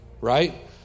Right